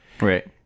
Right